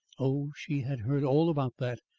oh, she had heard all about that!